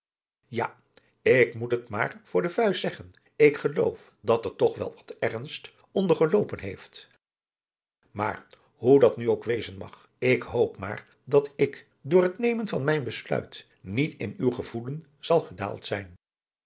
ja ik moet het maar voor de vuist zeggen ik geloof dat er toch wel wat ernst onder geloopen heeft maar hoe dat nu ook wezen mag ik hoop maar dat ik door het nemen van mijn besluit niet in uw gevoelen zal gedaald zijn